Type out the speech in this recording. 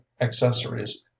accessories